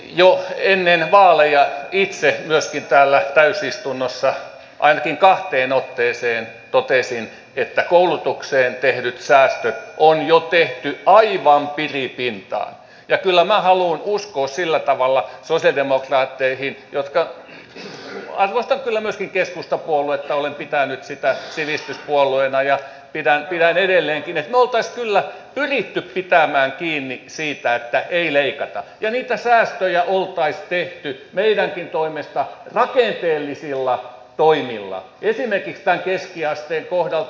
jo ennen vaaleja itse myöskin täällä täysistunnossa ainakin kahteen otteeseen totesin että koulutukseen tehdyt säästöt on jo tehty aivan piripintaan ja kyllä minä haluan uskoa sillä tavalla sosialidemokraatteihin että arvostan kyllä myöskin keskustapuoluetta olen pitänyt sitä sivistyspuolueena ja pidän edelleenkin olisimme kyllä pyrkineet pitämään kiinni siitä että ei leikata ja niitä säästöjä olisi tehty meidänkin toimesta rakenteellisilla toimilla esimerkiksi tämän keskiasteen kohdalta